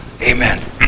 Amen